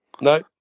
No